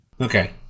Okay